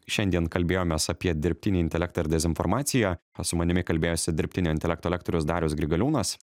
šiandien kalbėjomės apie dirbtinį intelektą ir dezinformaciją su manimi kalbėjosi dirbtinio intelekto lektorius darius grigaliūnas